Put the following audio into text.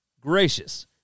gracious